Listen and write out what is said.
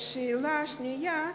שאלה שנייה: